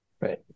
Right